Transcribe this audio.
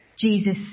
Jesus